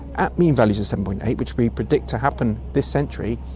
at mean values of seven. eight, which we predict to happen this century,